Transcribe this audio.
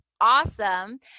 awesome